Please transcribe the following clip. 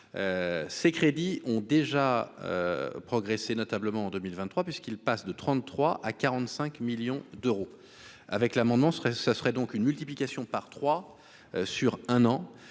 ces crédits ont déjà progressé notablement en 2023 puisqu'il passe de 33 à 45 millions d'euros avec l'amendement serait ce serait donc une multiplication par 3 sur un an,